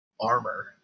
armor